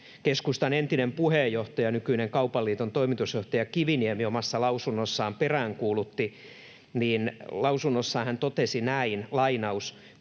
keskustan entinen puheenjohtaja, nykyinen Kaupan liiton toimitusjohtaja Kiviniemi omassa lausunnossaan peräänkuulutti? Lausunnossaan hän totesi näin: